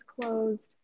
closed